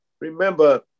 Remember